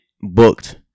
booked